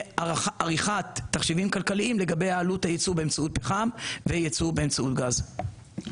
בעריכת תחשיבים כלכליים לגבי עלות הייצור באמצעות פחם ובאמצעות גז.